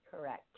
Correct